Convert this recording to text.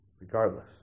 regardless